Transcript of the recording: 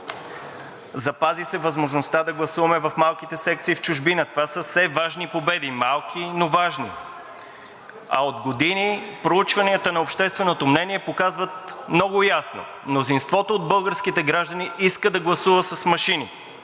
запази се възможността да гласуваме в малките секции в чужбина – това са все важни победи, малки, но важни. А от години проучванията на общественото мнение показват много ясно – мнозинството от българските граждани иска да гласува с машини